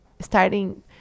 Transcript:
starting